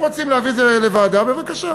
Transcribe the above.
אם רוצים להביא את זה לוועדה, בבקשה.